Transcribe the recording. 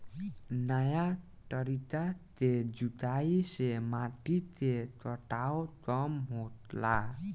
नया तरीका के जुताई से माटी के कटाव कम होला